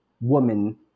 woman